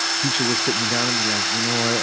teacher would sit me down and be like, you know ah